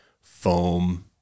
foam